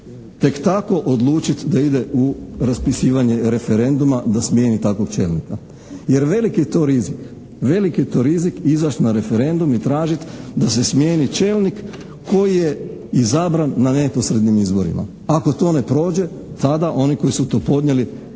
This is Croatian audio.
tek tako odlučiti da ide u raspisivanje referenduma da smijeni takvog čelnika. Jer veliki je to rizik, veliki je to rizik izaći na referendum i tražiti da se smijeni čelnik koji je izabran na neposrednim izborima. Ako to ne prođe tada oni koji su to podnijeli,